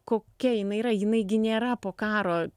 kokia jinai yra jinai gi nėra po karo